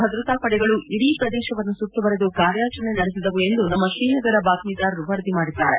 ಭದ್ರತಾ ಪಡೆಗಳು ಇಡೀ ಪ್ರದೇಶವನ್ನು ಸುತ್ತುವರೆದು ಕಾರ್ಯಾಚರಣೆ ನಡೆಸಿದವು ಎಂದು ನಮ್ಮ ಶ್ರೀನಗರ ಬಾತ್ಟೀದಾರರು ವರದಿ ಮಾಡಿದ್ದಾರೆ